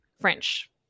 French